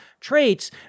traits